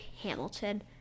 Hamilton